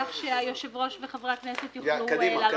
כך שהיושב ראש וחברי הכנסת יוכלו להעלות אותה להצבעה.